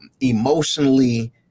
emotionally